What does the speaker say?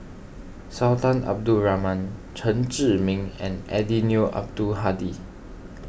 Sultan Abdul Rahman Chen Zhiming and Eddino Abdul Hadi